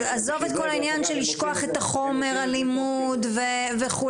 עזוב את כל העניין של לשכוח את חומר הלימוד וכולי.